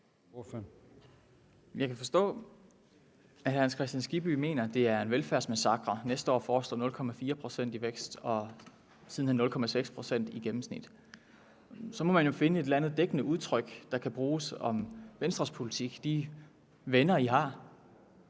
Jeg kan forstå, at hr. Hans Kristian Skibby mener, det er en velfærdsmassakre næste år at foreslå 0,4 pct. i vækst og siden hen 0,6 pct. i gennemsnit. Så må man jo finde et dækkende udtryk, der kan bruges om Venstres politik – de venner, man